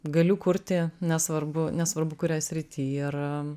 galiu kurti nesvarbu nesvarbu kurioj srity ir